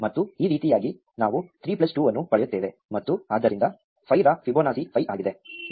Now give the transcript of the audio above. ಮತ್ತು ಈ ರೀತಿಯಾಗಿ ನಾವು 3 ಪ್ಲಸ್ 2 ಅನ್ನು ಪಡೆಯುತ್ತೇವೆ ಮತ್ತು ಆದ್ದರಿಂದ 5 ರ ಫಿಬೊನಾಸಿ 5 ಆಗಿದೆ